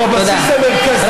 שהוא הבסיס המרכזי לחיים,